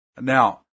Now